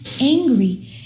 angry